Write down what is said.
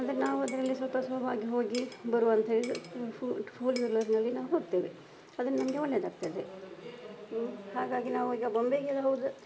ಅಂದರೆ ನಾವು ಅದರಲ್ಲಿ ಸ್ವಲ್ಪ ಸುಲಭವಾಗಿ ಹೋಗಿ ಬರುವ ಅಂಥೇಳಿದ್ರೆ ಫೋ ಟು ಫೋರ್ ವೀಲರ್ನಲ್ಲಿ ನಾವು ಹೋಗ್ತೇವೆ ಅದು ನಮಗೆ ಒಳ್ಳೆಯದಾಗ್ತದೆ ಹ್ಞೂ ಹಾಗಾಗಿ ನಾವೀಗ ಬಾಂಬೆಗೆಲ್ಲ ಹೋದರೆ